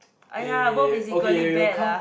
eh okay you you come